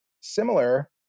similar